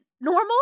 normal